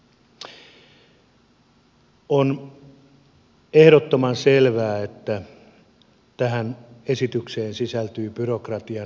on ehdottoman selvää että tähän esitykseen sisältyy byrokratian lisääntyminen